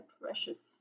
precious